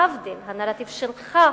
להבדיל, הנרטיב שלך,